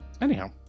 anyhow